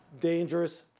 dangerous